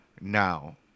Now